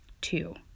Two